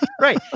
right